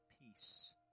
peace